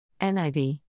NIV